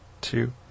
two